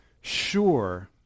sure